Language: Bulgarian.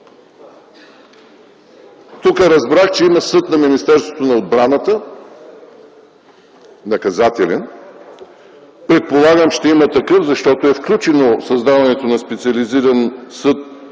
Тук разбрах, че има съд на Министерството на отбраната – наказателен. Предполагам ще има такъв, защото е включено създаването на специализиран съд.